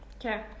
Okay